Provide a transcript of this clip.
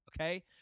Okay